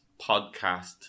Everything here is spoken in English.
podcast